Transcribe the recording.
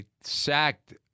sacked